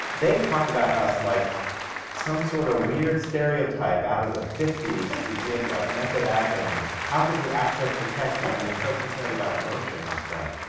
they talked about us like some sort of weird stereotype out of the fifties who did, like, method acting, and how could we access the text when we were so concerned about emotion and stuff?